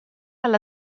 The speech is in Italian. alla